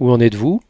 où en êtes-vous